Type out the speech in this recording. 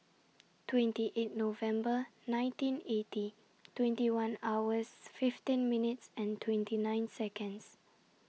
twenty eight November nineteen eighty twenty one hours fifteen minutes and twenty nine Seconds